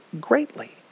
greatly